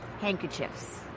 Handkerchiefs